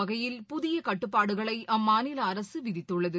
வகையில் ப திய கட்டுப்பாடுகளை அம்மாநில அரசு விதி தட்துள்ளது